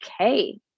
okay